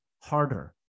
harder